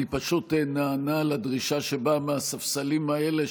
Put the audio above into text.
אני פשוט נענה לדרישה שבאה מהספסלים האלה,